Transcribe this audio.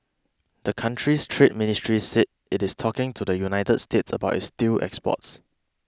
the country's trade ministry said it is talking to the United States about its steel exports